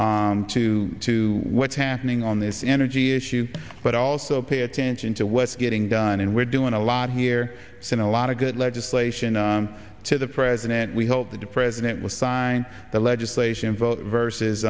to what's happening on this energy issue but also pay attention to what's getting done and we're doing a lot here since a lot of good legislation to the president we hope that the president will sign the legislation vote versus